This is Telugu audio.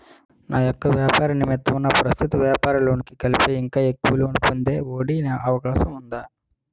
నా యెక్క వ్యాపార నిమిత్తం నా ప్రస్తుత వ్యాపార లోన్ కి కలిపి ఇంకా ఎక్కువ లోన్ పొందే ఒ.డి అవకాశం ఉందా?